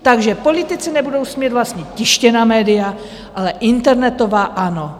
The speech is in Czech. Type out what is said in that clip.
Takže politici nebudou smět vlastnit tištěná média, ale internetová ano.